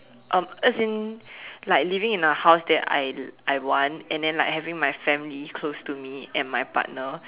um as in like living in a house that I I want and then like having my family close to me and my partner